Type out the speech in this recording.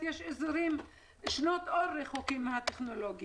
יש אזורים שרחוקים שנות אור מהטכנולוגיה.